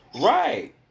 Right